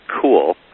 cool